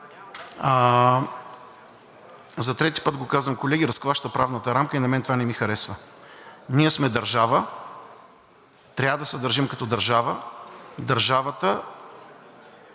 за трети път го казвам, колеги, разклаща правната рамка и на мен това не ми харесва. Ние сме държава, трябва да се държим като държава, държавата